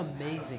amazing